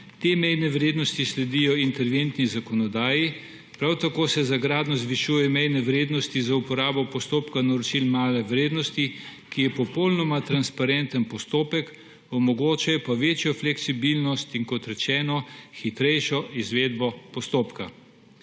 te mejne vrednosti sledijo interventni zakonodaji. Prav tako se za gradnjo zvišuje mejne vrednosti z uporabo postopka naročil male vrednosti, ki je popolnoma transparenten postopek, omogoča pa večjo fleksibilnost in kot rečeno hitrejšo izvedbo postopka.